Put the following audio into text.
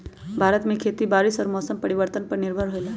भारत में खेती बारिश और मौसम परिवर्तन पर निर्भर होयला